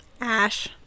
ash